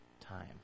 time